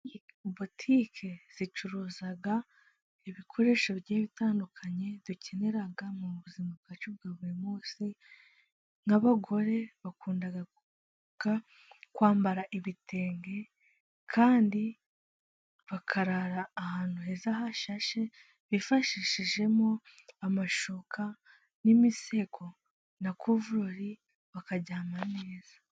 Botike zicuruza ibikoresho bigiye bitandukanye dukenera mu buzima bwacu bwa buri munsi. Nk'abagore bakunda kwambara ibitenge kandi bakarara ahantu heza hashashe bifashishijemo amashuka n'imisego na kuvurori bakaryama neza.